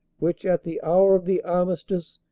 which, at the hour of the armistice,